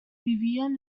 vivían